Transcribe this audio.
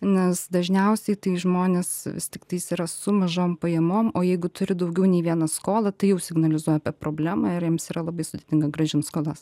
nes dažniausiai tai žmonės vis tiktais yra su mažom pajamom o jeigu turi daugiau nei vieną skolą tai jau signalizuoja apie problemą ir jiems yra labai sudėtinga grąžint skolas